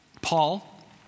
Paul